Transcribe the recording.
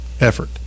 effort